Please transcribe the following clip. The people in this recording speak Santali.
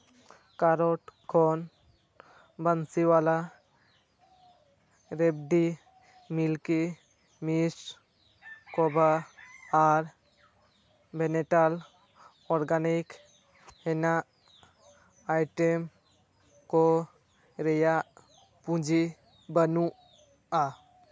ᱠᱟᱨᱳᱴ ᱠᱷᱚᱱ ᱵᱟᱱᱥᱤ ᱵᱟᱞᱟ ᱨᱮᱰᱽᱰᱤ ᱢᱤᱞᱠᱤ ᱢᱤᱥ ᱠᱳᱵᱟ ᱟᱨ ᱵᱮᱱᱮᱴᱟᱞ ᱚᱨᱜᱟᱱᱤᱠ ᱦᱮᱱᱟᱜ ᱟᱭᱴᱮᱢ ᱠᱚ ᱨᱮᱭᱟᱜ ᱯᱩᱸᱡᱤ ᱵᱟᱹᱱᱩᱜᱼᱟ